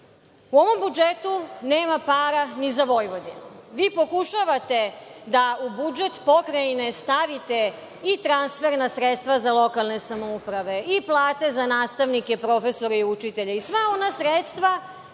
ovom budžetu nema para ni za Vojvodinu. Vi pokušavate da u budžet Pokrajine stavite i transferna sredstva za lokalne samouprave i plate za nastavnike, profesore i učitelje i sva ona sredstva